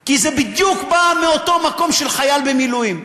כי זה בדיוק בא מאותו מקום של חייל מילואים.